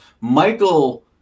Michael